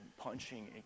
punching